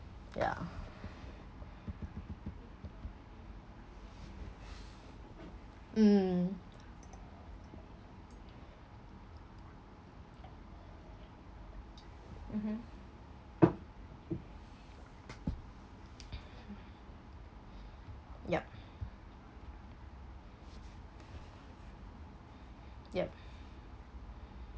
yeah mm mmhmm yup yup